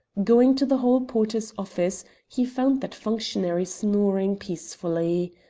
going to the hall-porter's office he found that functionary snoring peacefully.